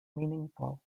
meaningful